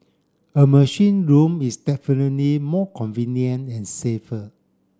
a machine room is definitely more convenient and safer